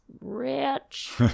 rich